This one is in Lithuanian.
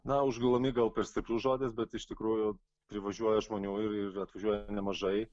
na užgulami gal per stiprus žodis bet iš tikrųjų privažiuoja žmonių ir ir atvažiuoja nemažai